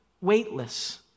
Weightless